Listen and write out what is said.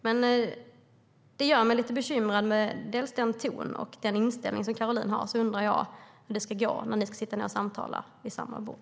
Den ton och den inställning som Caroline har gör mig lite bekymrad, och jag undrar hur det ska gå när ni ska sitta ned och samtala vid samma bord.